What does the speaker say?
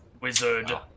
wizard